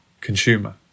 consumer